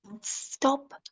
stop